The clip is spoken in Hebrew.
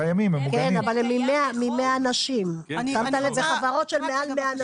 כן, אבל בחברות של מעל 100 אנשים.